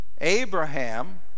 Abraham